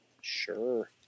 sure